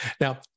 Now